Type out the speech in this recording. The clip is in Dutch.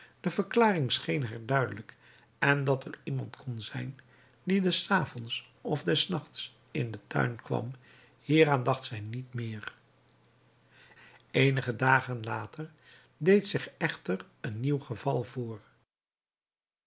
de verklaring scheen haar duidelijk en dat er iemand kon zijn die des avonds of des nachts in den tuin kwam hieraan dacht zij niet meer eenige dagen later echter deed zich een nieuw geval voor